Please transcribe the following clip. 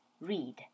read